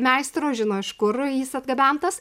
meistro žino iš kur jis atgabentas